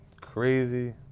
crazy